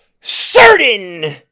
Certain